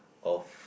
of